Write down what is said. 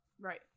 Right